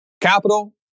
capital